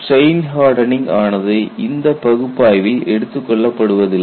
strain hardening ஆனது இந்த பகுப்பாய்வில் எடுத்துக் கொள்ளப்படுவதில்லை